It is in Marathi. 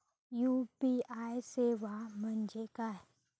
यू.पी.आय सेवा म्हणजे काय?